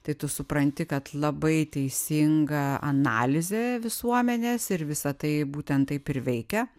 tai tu supranti kad labai teisinga analizė visuomenės ir visa tai būtent taip ir veikia